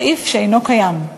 סעיף שאינו קיים,